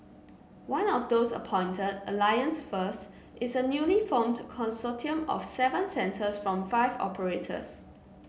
one of those appointed Alliance First is a newly formed consortium of seven centres from five operators